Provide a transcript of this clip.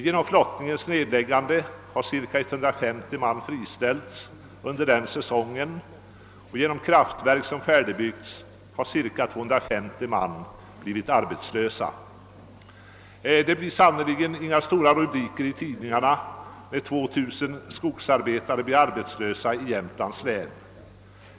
Genom flottningens nedläggande har cirka 150 man friställts under den säsongen, och genom kraftverk som färdigställts har cirka 250 man blivit arbetslösa. Det blir sannerligen inga stora rubriker i tidningarna när 2000 skogsarbetare blir arbetslösa i Jämtlands län.